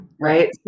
right